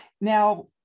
Now